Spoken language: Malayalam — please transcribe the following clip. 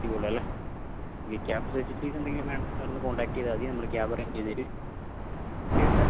എത്തിക്കോളും അല്ലെ ഇനി ക്യാബ് ഫെസിലിറ്റീസ് എന്തെങ്കിലും വേണെ സാർ ഒന്ന് കോൺടാക്ട് ചെയ്താമതി നമ്മൾ ക്യാബ് അറേഞ്ച് ചെയ്തുതരും